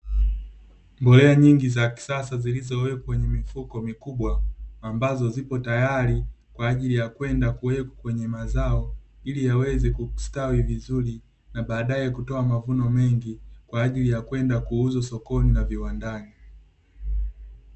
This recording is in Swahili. Mbolea nyingi za kisasa zilizowekwa kwenye mifuko mikubwa, ambazo zipo tayari kwa ajili ya kwenda kuwekwa kwenye mazao ili yaweze kustawi vizuri, na baadae kutoa mavuno mengi kwa ajili ya kwenda kuuza na sokoni viwandani.